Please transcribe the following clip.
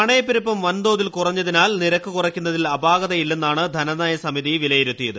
നാണയപ്പെരുപ്പം വൻതോതിൽ കുറഞ്ഞതിനാൽ നിരക്ക് കുറക്കുന്നതിൽ അപാകതയില്ലെന്നാണ് ധനനയ സമിതി വിലയിരുത്തിയത്